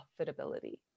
profitability